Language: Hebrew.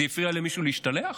זה הפריע למישהו להשתלח?